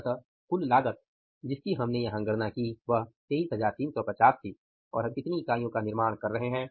अतः कुल लागत जिसकी हमने यहां गणना की वह 23350 थी और हम कितनी इकाइयों का निर्माण कर रहे हैं